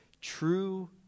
true